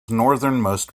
northernmost